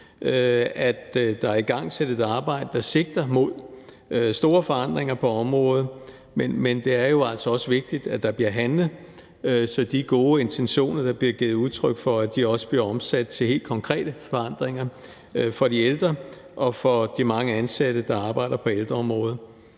at der er igangsat et arbejde, der sigter mod store forandringer på området. Men det er jo altså også vigtigt, at der bliver handlet, så de gode intentioner, der bliver givet udtryk for, også bliver omsat til helt konkrete forandringer for de ældre og for de mange ansatte, der arbejder på ældreområdet.